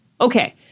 Okay